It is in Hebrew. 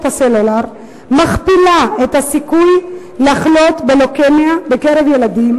הסלולר מכפילה את הסיכוי לחלות בלוקמיה בקרב ילדים,